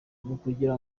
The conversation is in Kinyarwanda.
ukugira